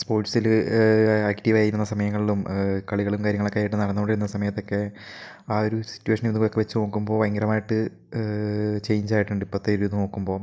സ്പോർട്സില് ആക്ടീവായിരുന്ന സമയങ്ങളിലും കളികളും കാര്യങ്ങളൊക്കെ ആയിട്ട് നടന്നുകൊണ്ടിരുന്ന സമയത്തൊക്കെ ആ ഒരു സിറ്റുവേഷനും ഇതോക്കെ വെച്ചു നോക്കുമ്പോൾ ഭയങ്കരമായിട്ട് ചേഞ്ച് ആയിട്ടുണ്ട് ഇപ്പത്തേ ഒരു ഇത് നോക്കുമ്പോൾ